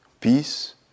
peace